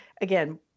again